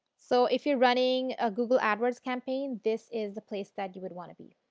so if you are running a google adwords campaign this is the place that you would want to be.